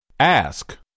Ask